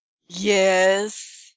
Yes